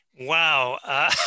Wow